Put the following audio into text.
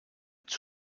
être